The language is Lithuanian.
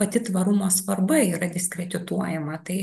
pati tvarumo svarba yra diskredituojama tai